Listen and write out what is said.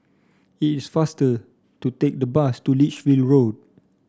it's faster to take the bus to Lichfield Road